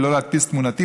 ולא להדפיס תמונתי,